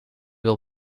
wil